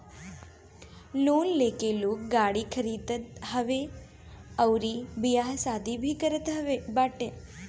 loan लेके लोग गाड़ी खरीदत हवे अउरी बियाह शादी भी करत बाटे